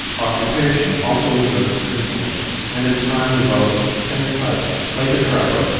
occupation also exerts an influence and in time develops distinct types like the trapper,